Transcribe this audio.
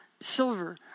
silver